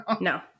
no